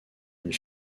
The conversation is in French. une